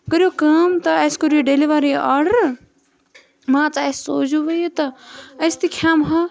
کٔرِو کٲم تُہۍ اسہِ کٔرِو یہِ ڈیٚلِوَرٕے یہِ آرڈَر مان ژٕ اسہِ سوٗزِو وۄنۍ یہِ تہٕ أسۍ تہِ کھیٚمہاو